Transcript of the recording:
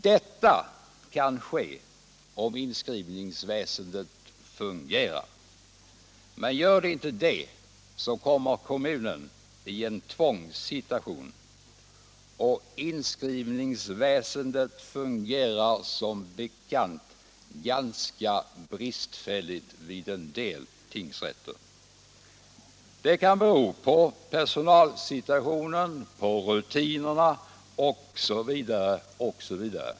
Detta kan ske om inskrivningsväsendet fungerar. Men gör det inte det, så kommer kommunen i en tvångssituation. Och inskrivningsväsendet fungerar som bekant ganska bristfälligt vid en del tingsrätter. Det kan bero på personalsituationen, på rutinerna osv.